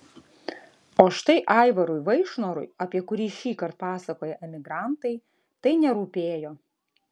o štai aivarui vaišnorui apie kurį šįkart pasakoja emigrantai tai nerūpėjo